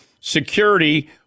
Security